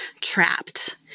trapped